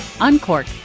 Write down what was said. Uncork